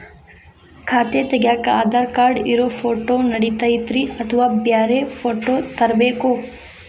ಖಾತೆ ತಗ್ಯಾಕ್ ಆಧಾರ್ ಕಾರ್ಡ್ ಇರೋ ಫೋಟೋ ನಡಿತೈತ್ರಿ ಅಥವಾ ಬ್ಯಾರೆ ಫೋಟೋ ತರಬೇಕೋ?